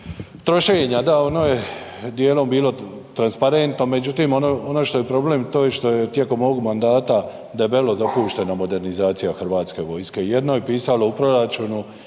trošenja, da ono je dijelom bilo transparentno, međutim ono što je problem to je što je tijekom ovog mandata debelo dopušteno modernizacija hrvatske vojske. Jedno je pisalo u proračunu,